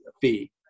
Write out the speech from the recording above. fee